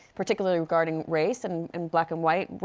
particularly regarding race and and black and white.